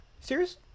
Serious